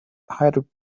hydrogen